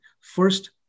First